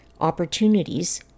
opportunities